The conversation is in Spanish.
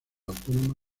autónoma